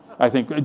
i think,